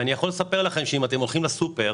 אני יכול לספר לכם שאם אתם הולכים לסופר